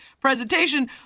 presentation